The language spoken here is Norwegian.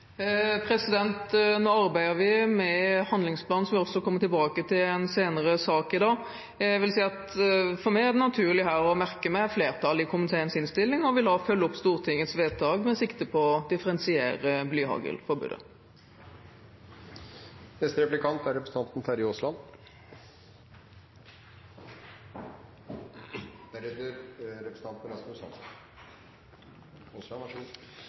Nå arbeider vi med handlingsplanen, som jeg kommer tilbake til i en senere sak i dag. Jeg vil si at det her er naturlig for meg å merke meg innstillingen fra komiteens flertall, og jeg vil følge opp Stortingets vedtak, med sikte på å differensiere